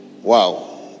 wow